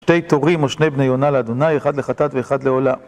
שתי תורים או שני בני יונה לאדוני, אחד לחתת ואחד לעולה.